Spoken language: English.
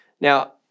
Now